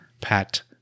Pat